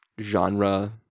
genre